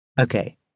Okay